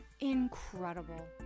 incredible